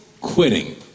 quitting